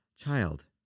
Child